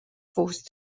forced